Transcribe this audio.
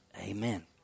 Amen